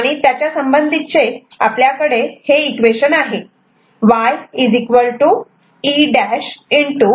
आणि आपल्याकडे हे संबंधित इक्वेशन इथे आहे Y E'